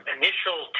initial